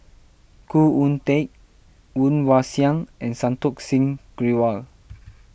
Khoo Oon Teik Woon Wah Siang and Santokh Singh Grewal